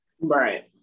right